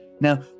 Now